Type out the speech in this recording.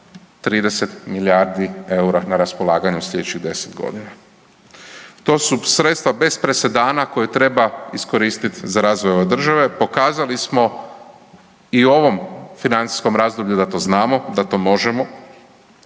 30 milijardi EUR-a na raspolaganju slijedećih 10.g.. To su sredstva bez presedana koja treba iskoristit za razvoj ove države. Pokazali smo i u ovom financijskom razdoblju da to znamo, da to možemo